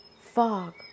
Fog